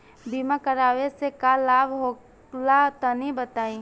बीमा करावे से का लाभ होला तनि बताई?